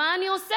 מה אני עושה?